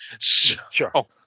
Sure